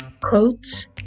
Quotes